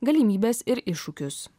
galimybes ir iššūkius